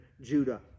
Judah